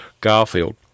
Garfield